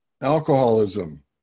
alcoholism